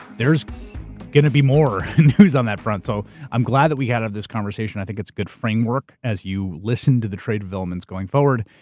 there's gonna be more news on that front. so i'm glad that we had this conversation, i think it's good framework as you listen to the trade developments going forward,